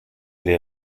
les